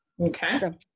okay